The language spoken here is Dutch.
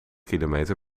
kilometer